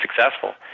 successful